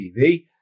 TV